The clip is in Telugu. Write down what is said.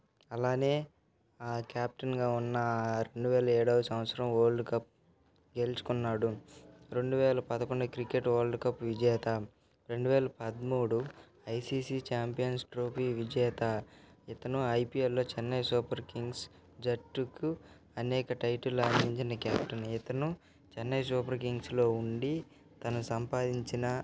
అలానే క్యాప్టెన్గా ఉన్న రెండు వేల ఏడవ సంవత్సరం వరల్డ్ కప్ గెలుచుకున్నాడు రెండు వేల పదకొండు క్రికెట్ వరల్డ్ కప్ విజేత రెండు వేల పదమూడు ఐసిసి ఛాంపియన్స్ ట్రోఫీ విజేత ఇతను ఐపీఎల్లో చెన్నై సూపర్ కింగ్స్ జట్టుకు అనేక టైటిళ్ళు అందించిన క్యాప్టెన్ ఇతను చెన్నై సూపర్ కింగ్స్లో ఉండి తను సంపాదించిన